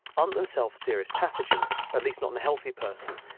aren't themselves serious pathogens, at least not in a healthy person,